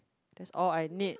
that's all I need